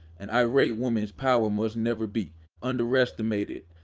an irate woman's power must never be underestimated,